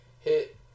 Hit